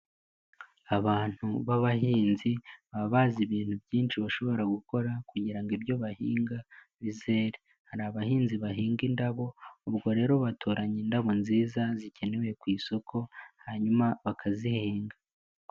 Abantu b'abahinzi, baba bazi ibintu byinshi bashobora gukora kugira ngo ibyo bahinga bizere. Hari abahinzi bahinga indabo, ubwo rero batoranya indabo nziza zikenewe ku isoko hanyuma bakazihinga.